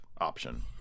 option